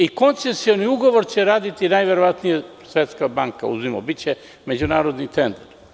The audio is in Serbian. I koncesioni ugovor će raditi najverovatnije Svetska banka, biće međunarodni tender.